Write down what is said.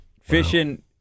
fishing